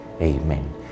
Amen